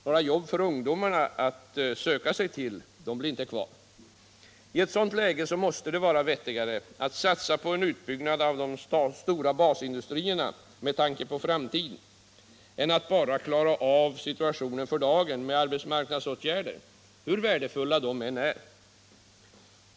Några arbeten för ungdomarna att söka sig till blir då inte kvar. I ett sådant läge måste det vara vettigare att sikta på en utbyggnad av de stora basindustrierna med tanke på framtiden än att bara klara av situationen för dagen med arbetsmarknadsåtgärder, hur värdefulla de än är.